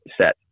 set